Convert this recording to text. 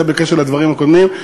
זה בקשר לדברים הקודמים.